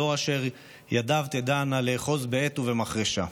דור אשר ידיו תדענה לאחז בעט ובמחרשה.